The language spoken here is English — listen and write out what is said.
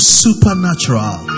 supernatural